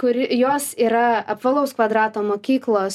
kuri jos yra apvalaus kvadrato mokyklos